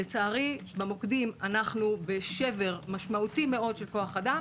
לצערי, אנחנו בשבר משמעותי מאוד של כוח האדם